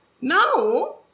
Now